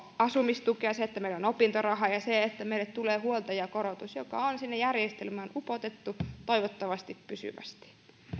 asumistukea se että meillä on opintoraha ja se että meille tulee huoltajakorotus joka on sinne järjestelmään upotettu toivottavasti pysyvästi